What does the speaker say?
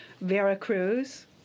Veracruz